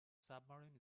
submarine